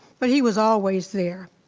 but he was always there.